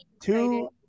Two